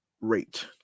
rate